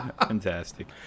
Fantastic